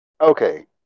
Okay